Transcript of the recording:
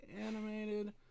animated